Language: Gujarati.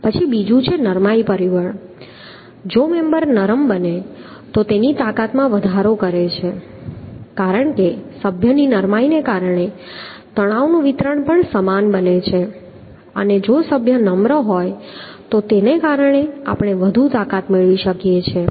પછી બીજું છે નરમાઈ પરિબળ જો મેમ્બર નરમ બને છે તો તે તેની તાકાતમાં વધારો કરે છે કારણ કે સભ્યની નરમાઈને કારણે તણાવનું વિતરણ પણ સમાન બને છે અને જો સભ્ય નમ્ર હોય તો તેના કારણે આપણે વધુ તાકાત મેળવી શકીએ છીએ